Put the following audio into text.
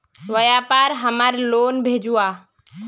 व्यापार हमार लोन भेजुआ?